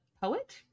poet